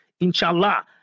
inshallah